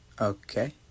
Okay